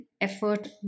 effort